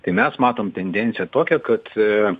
tai mes matom tendenciją tokia kad